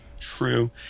true